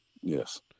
Yes